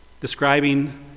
describing